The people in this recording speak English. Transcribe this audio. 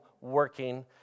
working